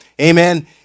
Amen